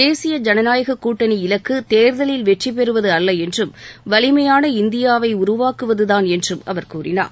தேசிய ஜனநாயக கூட்டணி இலக்கு தேர்தலில் வெற்றி பெறுவது அல்ல என்றும் வலிமையான இந்தியாவை உருவாக்குவதுதான் என்றும் அவர் கூறினார்